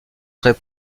très